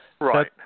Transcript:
Right